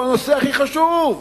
הוא הנושא הכי חשוב.